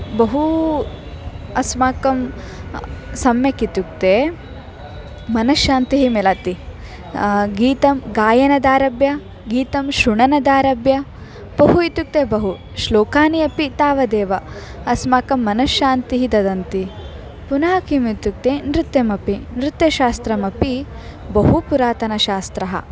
बहु अस्माकं सम्यक् इत्युक्ते मनश्शान्तिः मिलति गीतं गायनदारभ्य गीतं श्रवणादारभ्य बहु इत्युक्ते बहूनि श्लोकानि अपि तावदेव अस्माकं मनश्शान्तिं ददन्ति पुनः किम् इत्युक्ते नृत्यमपि नृत्यशास्त्रमपि बहु पुरातनशास्त्रम्